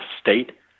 state